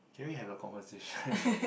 can we have a conversation